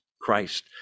Christ